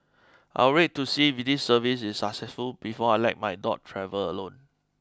I'll wait to see if this service is successful before I let my dog travel alone